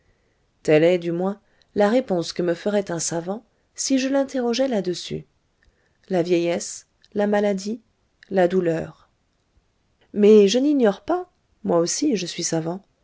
est du moins la réponse que me ferait un savant si je l'interrogeais là-dessus la vieillesse la maladie la douleur mais je n'ignore pas moi aussi je suis savant